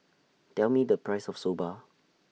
Tell Me The Price of Soba